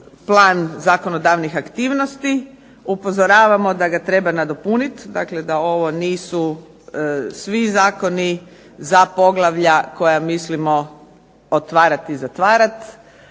plan zakonodavnih aktivnosti. Upozoravamo da ga treba nadopuniti, dakle da ovo nisu svi zakoni za poglavlja koja mislimo otvarati i zatvarati.